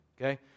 Okay